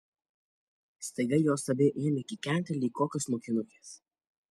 staiga jos abi ėmė kikenti lyg kokios mokinukės